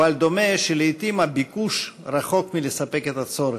אבל דומה שלעתים הביקוש רחוק מלספק את הצורך,